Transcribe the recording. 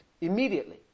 immediately